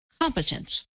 competence